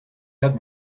had